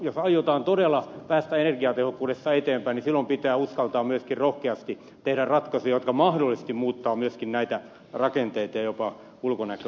jos aiotaan todella päästä energiatehokkuudessa eteenpäin niin silloin pitää uskaltaa myöskin rohkeasti tehdä ratkaisuja jotka mahdollisesti muuttavat myöskin näitä rakenteita jopa rakennusten ulkonäköä